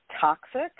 toxic